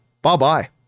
Bye-bye